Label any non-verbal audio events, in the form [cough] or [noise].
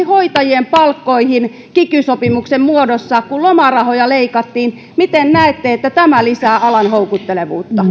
[unintelligible] hoitajien palkkoihin kiky sopimuksen muodossa kun lomarahoja leikattiin miten näette että tämä lisää alan houkuttelevuutta